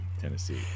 tennessee